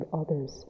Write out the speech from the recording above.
others